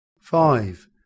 five